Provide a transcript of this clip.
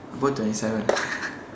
I put twenty seven